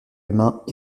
humains